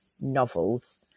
novels